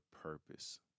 purpose